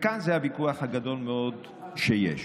וכאן זה הוויכוח הגדול מאוד שיש: